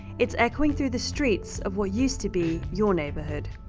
it's echoing through the streets of what used to be your neighborhood.